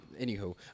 anywho